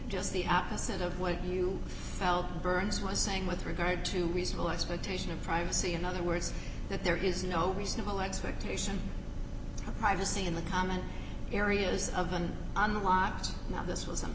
just the opposite of what you felt burns was saying with regard to reasonable expectation of privacy in other words that there is no reasonable expectation of privacy in the common areas of an unlocked now this was some